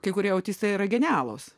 kai kurie autistai yra genialūs